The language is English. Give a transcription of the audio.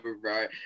right